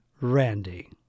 Randy